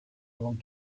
avant